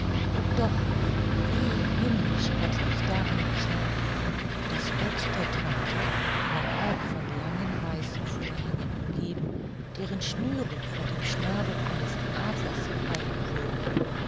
und doch wie himmlisch hatte ich darin geschlafen das bett der tante war auch von langen weißen vorhängen umgeben deren schnüre von dem schnabel eines adlers gehalten wurden